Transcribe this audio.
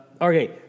Okay